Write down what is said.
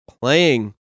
playing